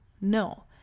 no